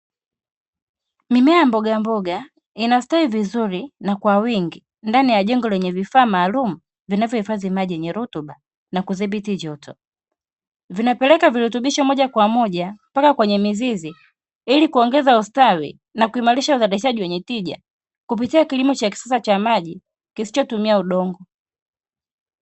Mimea ya mboga mboga inastawi vizuri na kwa wingi ndani ya jengo lenye vifaa maalumu vinavyohifadhi maji yenye rutuba na kudhibiti joto, vinapeleka virutubisho moja kwa moja mpaka kwenye mizizi ili kuongeza ustawi na kuimarisha uzalishaji wenye tija kupitia kilimo cha kisasa cha maji kisichotumia udongo.